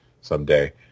someday